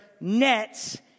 nets